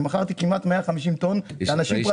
אני מכרתי כמעט 150 טון לאנשים פרטיים.